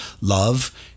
love